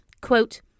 Quote